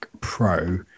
Pro